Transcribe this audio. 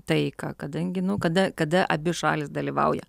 taiką kadangi nu kada kada abi šalys dalyvauja